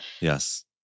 Yes